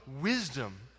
wisdom